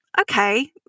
okay